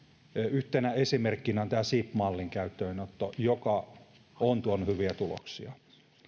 yhtenä esimerkkinä on sib mallin käyttöönotto joka on tuonut hyviä tuloksia